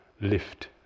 lift